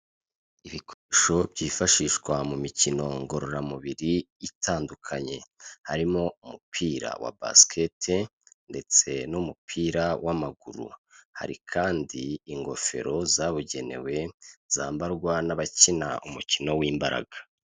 Ibikoresho byifashishwa mu mikino ngororamubiri itandukanye, harimo umupira wa basikete ndetse n'umupira w'amaguru, hari kandi ingofero zabugenewe zambarwa n'abakina umukino w'imbaraga.